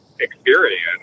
experience